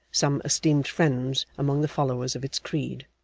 some esteemed friends among the followers of its creed.